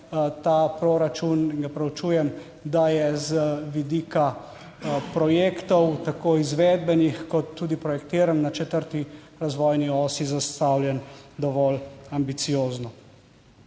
ta proračun in ga preučujem, da je z vidika projektov, tako izvedbenih kot tudi projektiranj na četrti razvojni osi, zastavljen dovolj ambiciozno.